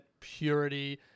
purity